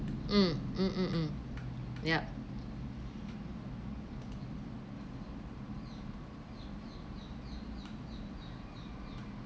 um um um yup